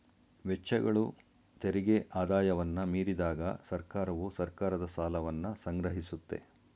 ವೆಚ್ಚಗಳು ತೆರಿಗೆ ಆದಾಯವನ್ನ ಮೀರಿದಾಗ ಸರ್ಕಾರವು ಸರ್ಕಾರದ ಸಾಲವನ್ನ ಸಂಗ್ರಹಿಸುತ್ತೆ